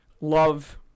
love